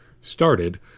started